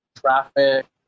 traffic